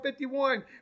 51